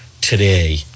today